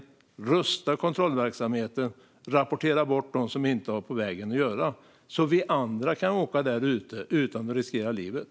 Vidare måste kontrollverksamheten rustas, och de som inte har på vägen att göra måste rapporteras bort - så att vi andra kan köra där utan att riskera livet.